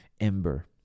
ember